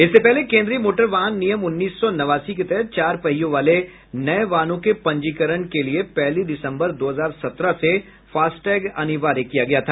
इससे पहले केंद्रीय मोटर वाहन नियम उन्नीस सौ नवासी के तहत चार पहियों वाले नए वाहनों के पंजीकरण के लिए पहली दिसम्बर दो हजार सत्रह से फास्टैग अनिवार्य किया गया था